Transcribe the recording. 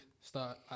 start